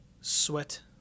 sweat